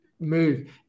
move